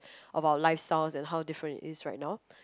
about lifestyle and how different it is right now